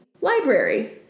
library